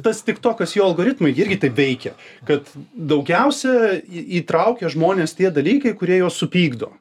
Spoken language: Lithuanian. tas tik tokas jo algoritmai irgi taip veikia kad daugiausia į įtraukia žmones tie dalykai kurie juos supykdo